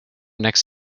next